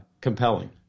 compelling